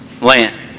land